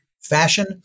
fashion